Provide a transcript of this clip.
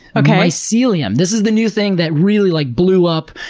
mycelium. this is the new thing that really like blew up.